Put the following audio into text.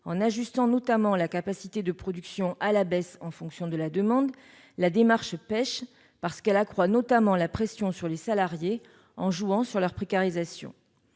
en ajustant notamment la capacité de production à la baisse en fonction de la demande, la démarche pèche parce qu'elle accroît la pression sur les salariés en jouant sur leur précarisation.